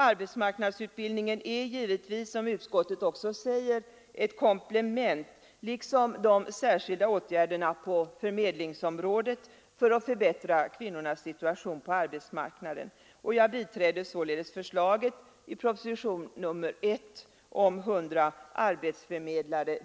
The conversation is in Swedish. Arbetsmarknadsutbildningen är givetvis, som utskottet också säger, ett komplement liksom de särskilda åtgärderna på förmedlingsområdet för att förbättra kvinnornas situation på arbetsmarknaden. Jag biträder således förslaget i proposition nr I om 100 arbetsförmedlare